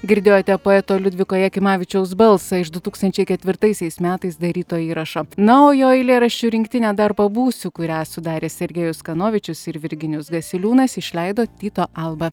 girdėjote poeto liudviko jakimavičiaus balsą iš du tūkstančiai ketvirtaisiais metais daryto įrašo na o jo eilėraščių rinktinę dar pabūsiu kurią sudarė sergejus kanovičius ir virginijus gasiliūnas išleido tyto alba